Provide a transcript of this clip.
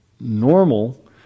normal